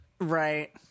right